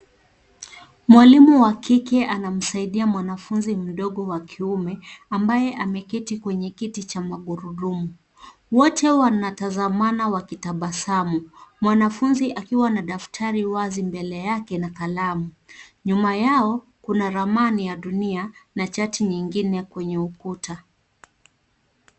Mwalimu wa kike anamsadia mwanafunzi mdogo wa kiume ambaye ameketi kwenye kiti cha magurudumu. Wote wanatazamana wakitabasamu. Mwanafunzi akiwa na daftari wazi mbele yake na kalamu. Nyuma yao kuna ramani ya dunia na chati nyingine kwenye ukuta.